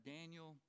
Daniel